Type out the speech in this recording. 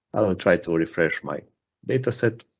try to refresh my dataset.